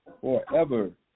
forever